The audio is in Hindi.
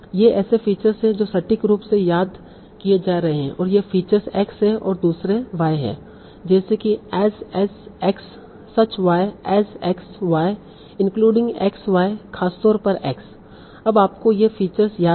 ये ऐसे फीचर्स हैं जो सटीक रूप से याद किए जा रहे हैं और ये फीचर्स X हैं और दूसरे Y हैं जैसे की as X such Y as X Y including X Y खासतौर पर X अब आपको ये फीचर्स याद हैं